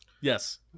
Yes